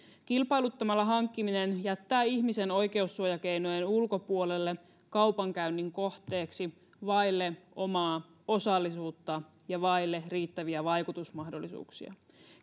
kilpailuttamalla hankkiminen jättää ihmisen oikeussuojakeinojen ulkopuolelle kaupankäynnin kohteeksi vaille omaa osallisuutta ja vaille riittäviä vaikutusmahdollisuuksia